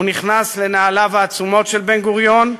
הוא נכנס לנעליו העצומות של בן-גוריון,